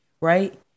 right